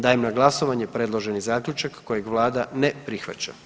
Dajem na glasovanje predloženi Zaključak kojeg Vlada ne prihvaća.